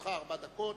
לרשותך ארבע דקות.